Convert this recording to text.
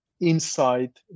inside